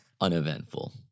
uneventful